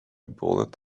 bullet